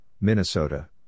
Minnesota